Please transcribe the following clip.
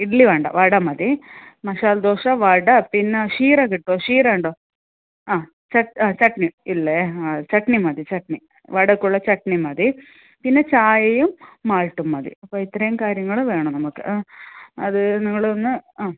ഇഡ്ഡലി വേണ്ട വട മതി മസാല ദോശ വട പിന്നെ ഷീറ കിട്ടോ ഷീറ ഉണ്ടോ ആ ചട് ചട്നി ഇല്ലേ ചട്നി മതി ചട്നി വടക്കുള്ള ചട്നി മതി പിന്നെ ചായയും മാൾട്ടും മതി അപ്പം ഇത്രേം കാര്യങ്ങൾ വേണം നമുക്ക് അത് നിങ്ങളൊന്ന് ആ